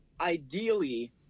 ideally